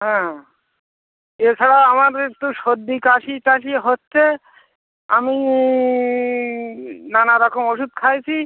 হ্যাঁ এছাড়া আমার একটু সর্দি কাশি টাশি হচ্ছে আমি নানা রকম ওষুধ খেয়েছি